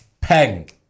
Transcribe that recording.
Peng